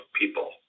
people